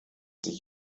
sich